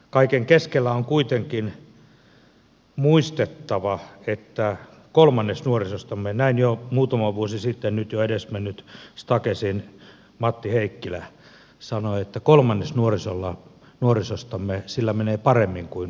kaiken keskellä on kuitenkin muistettava että kolmanneksella nuorisostamme näin jo muutama vuosi sitten nyt jo edesmennyt stakesin matti heikkilä sanoo että kolmannes nuorisolla nuorisostamme sanoi menee paremmin kuin koskaan ennen